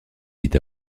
vite